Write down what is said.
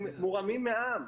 הם מורמים מעם...